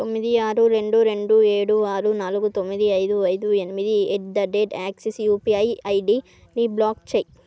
తొమ్మిది ఆరు రెండు రెండు ఏడు ఆరు నాలుగు తొమ్మిది ఐదు ఐదు ఎనిమిది at the rate Axis UPI ఐడిని బ్లాక్ చేయుము